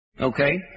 Okay